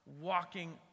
walking